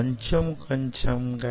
కొంచెం కొంచెం గా